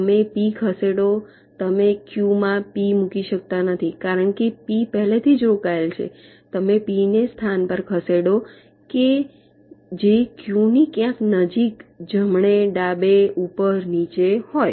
તમે પી ખસેડો તમે ક્યૂ માં પી મૂકી શકતા નથી કારણ કે પી પહેલેથી જ રોકાયેલ છે તમે પી ને તે સ્થાન પર ખસેડો કે જે ક્યુ ની ક્યાંક નજીક જમણે ડાબે ઉપર નીચે હોય